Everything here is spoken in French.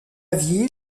ville